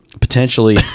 potentially